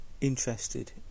interested